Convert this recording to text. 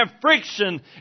friction